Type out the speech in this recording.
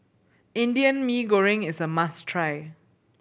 Indian Mee Goreng is a must try